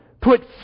put